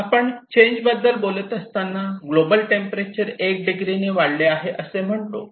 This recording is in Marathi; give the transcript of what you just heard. आपण चेंज बद्दल बोलत असताना ग्लोबल टेंपरेचर 1 डिग्री ने वाढले आहे असे म्हणतो